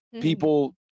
people